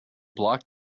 block